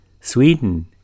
Sweden